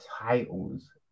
titles